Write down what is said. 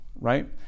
right